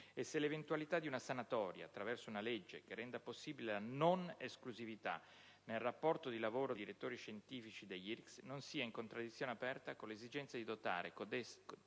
se l'eventualità di una «sanatoria» attraverso una legge che renda possibile la non esclusività nel rapporto di lavoro dei direttori scientifici degli IRCCS non sia in contraddizione aperta con l'esigenza di dotare codeste